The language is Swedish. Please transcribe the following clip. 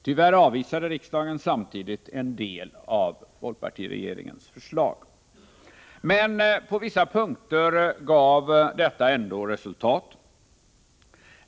Tyvärr avvisade riksdagen samtidigt en del av folkpartiregeringens förslag, men på vissa punkter gav detta ändå resultat.